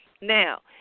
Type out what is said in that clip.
Now